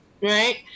Right